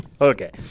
Okay